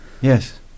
Yes